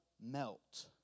melt